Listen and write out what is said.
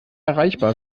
erreichbar